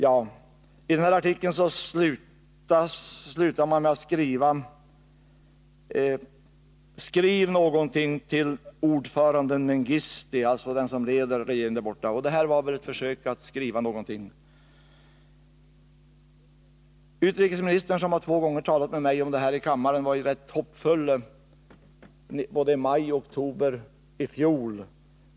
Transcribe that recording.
Man avslutar artikeln med uppmaningen att skriva någonting till ordföranden Mengistu — den som leder regeringen där borta i Etiopien. Detta var väl ett försök att skriva någonting. Utrikesministern, som två gånger talat med mig om detta här i kammaren, var rätt hoppfull både i maj och i oktober i fjol.